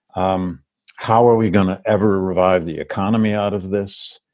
um how are we gonna ever revive the economy out of this?